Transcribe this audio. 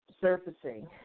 surfacing